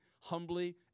humbly